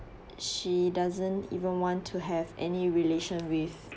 she doesn't even want to have any relation with